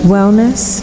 Wellness